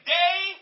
day